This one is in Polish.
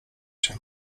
się